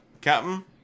Captain